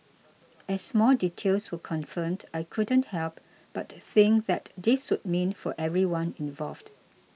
as more details were confirmed I couldn't help but think that this would mean for everyone involved